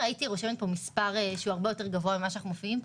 הייתי רושמת מספר יותר גבוה ממה שמופיע פה,